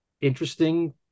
interesting